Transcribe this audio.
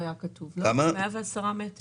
היה כתוב 110 מ"ר.